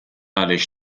għaliex